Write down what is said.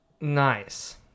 Nice